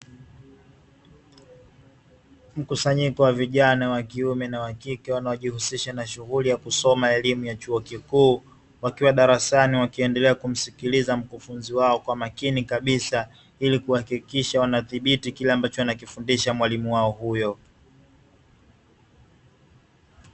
Mkusanyiko wa vijana wa kiume na wa kike wanaojihusisha na shughuli ya kusoma elimu ya chuo kikuu, wakiwa darasani wakiendelea kumsikiliza mkufunzi wao kwa makini kabisa, ili kuhakikisha wanathibiti kile ambacho anafundisha mwalimu wao huyo.